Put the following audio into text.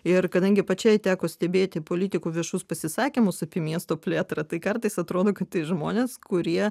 ir kadangi pačiai teko stebėti politikų viešus pasisakymus apie miesto plėtrą tai kartais atrodo kad tai žmonės kurie